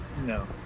No